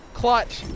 clutch